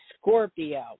Scorpio